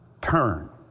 turn